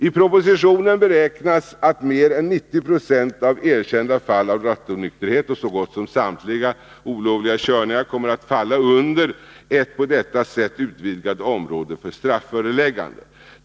I propositionen beräknas att mer än 90 96 av erkända fall av rattonykterhet och så gott som samtliga erkända olovliga körningar kommer att falla under ett på detta sätt utvidgat område för strafföreläggande.